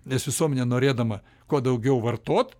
nes visuomenė norėdama kuo daugiau vartot